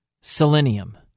selenium